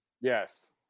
Yes